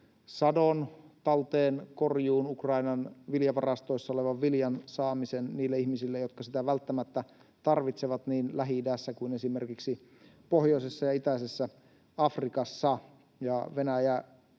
sadon talteenkorjuun, Ukrainan viljavarastoissa olevan viljan saamisen niille ihmisille, jotka sitä välttämättä tarvitsevat niin Lähi-idässä kuin esimerkiksi pohjoisessa ja itäisessä Afrikassa.